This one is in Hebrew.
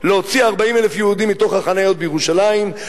להוציא 40,000 יהודים מתוך החניות בירושלים,